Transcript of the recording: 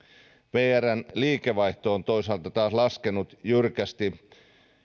vrn liikevaihto on toisaalta taas laskenut jyrkästi